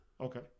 Okay